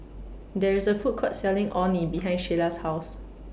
There IS A Food Court Selling Orh Nee behind Shayla's House